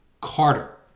Carter